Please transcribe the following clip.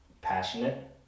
passionate